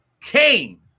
Cain